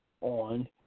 on